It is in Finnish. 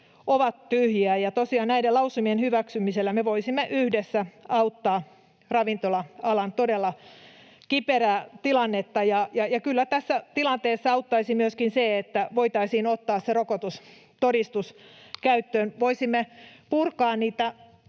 ja tosiaan näiden lausumien hyväksymisellä me voisimme yhdessä auttaa ravintola-alan todella kiperää tilannetta. Ja kyllä tässä tilanteessa auttaisi myöskin se, että voitaisiin ottaa se rokotustodistus käyttöön. Voisimme purkaa